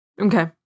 Okay